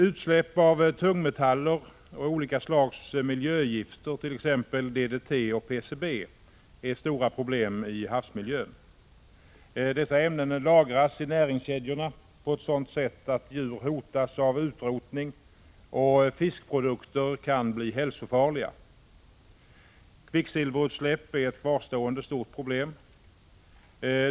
Utsläpp av tungmetaller och olika slags miljögifter, t.ex. DDT och PCB, utgör stora problem i havsmiljön. Dessa ämnen lagras i näringskedjorna på ett sådant sätt att djur hotas av utrotning och fiskprodukter kan bli hälsofarliga. Kvicksilverutsläpp är ett kvarstående stort problem.